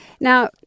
Now